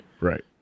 Right